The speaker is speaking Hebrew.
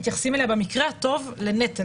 מתייחסים אליה במקרה הטוב לנטל,